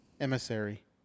Emissary